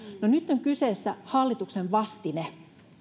no nyt on kyseessä hallituksen vastine